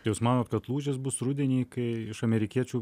jūs manot kad lūžis bus rudenį kai iš amerikiečių